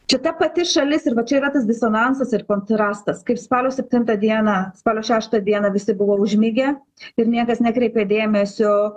čia ta pati šalis ir va čia yra tas disonansas ir kontrastas kaip spalio septintą dieną spalio šeštą dieną visi buvo užmigę ir niekas nekreipė dėmesio